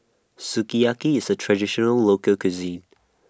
Sukiyaki IS A Traditional Local Cuisine